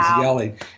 yelling